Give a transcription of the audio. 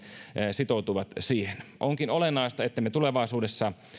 sitoutuivat siihen onkin olennaista ettemme tulevaisuudessa